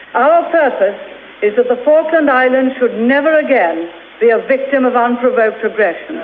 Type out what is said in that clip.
our purpose is that the falkland islands should never again be a victim of unprovoked aggression.